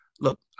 Look